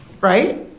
right